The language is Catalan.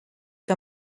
que